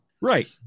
Right